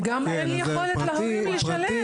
נכון וגם אין יכולת להורים לשלם.